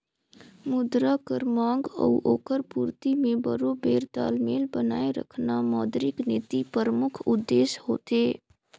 मुद्रा कर मांग अउ ओकर पूरती में बरोबेर तालमेल बनाए रखना मौद्रिक नीति परमुख उद्देस होथे